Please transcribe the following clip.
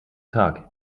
tag